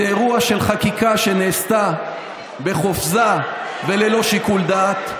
זה אירוע של חקיקה שנעשתה בחופזה וללא שיקול דעת.